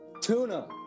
TUNA